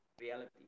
reality